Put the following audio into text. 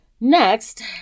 Next